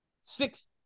six